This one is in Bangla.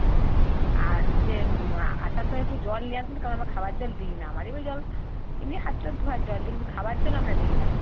হ্যাঁ আর হচ্ছে আসার সময় একটু জল নিয়ে আসবেন কারণ আমরা খাওয়ার জল দিই না আমাদের ঐ জল এমনি হাত টাত ধোয়ার জল দিই কিন্তু খাওয়ার জল আমরা দিই না